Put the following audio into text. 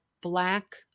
Black